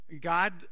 God